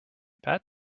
pets